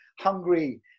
hungry